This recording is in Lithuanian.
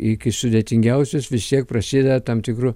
iki sudėtingiausios vis tiek prasideda tam tikru